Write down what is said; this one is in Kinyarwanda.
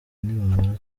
nibamara